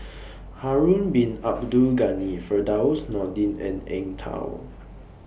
Harun Bin Abdul Ghani Firdaus Nordin and Eng Tow